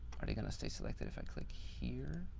are they going to stay selected if i click here?